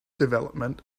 development